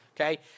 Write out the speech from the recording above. Okay